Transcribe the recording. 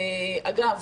אגב,